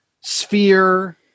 sphere